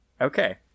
Okay